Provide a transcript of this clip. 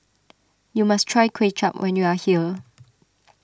you must try Kway Chap when you are here